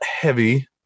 heavy